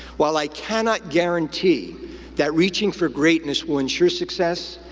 while i cannot guarantee that reaching for greatness will ensure success,